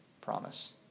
promise